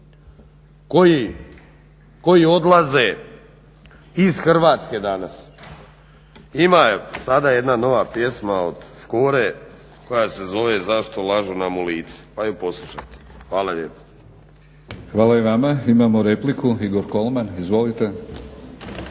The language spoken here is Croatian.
koji odlaze iz Hrvatske danas. Ima sada jedna nova pjesma od Škore koja se zove zašto lažu nam u lice pa ju poslušajte. Hvala lijepa. **Batinić, Milorad (HNS)** Hvala i vama. Imamo repliku, Igor Kolman. Izvolite.